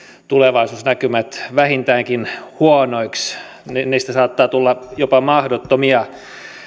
tulevaisuusnäkymät vähintäänkin huonoiksi niistä saattaa tulla jopa mahdottomia